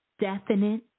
definite